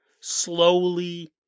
slowly